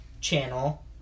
channel